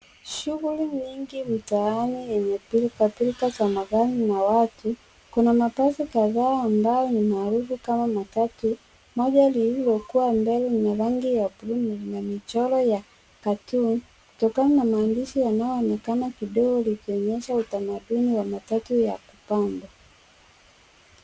Shughuli nyingi mtaani yenye pilkapilka za magari na watu kuna mabasi kadhaa ambayo ni maarufu kama matatu . Moja lililo mbele lina rangi ya buluu na Lina michoro ya cartoon kutokana na maandishi yanayoonekana kidogo likionyesha utamaduni wa matatu ya kupambwa.